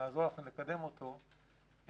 נקדם את החוק,